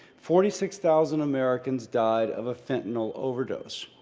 forty six thousand americans died of a fentanyl overdose.